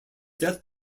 death